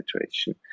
situation